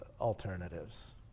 alternatives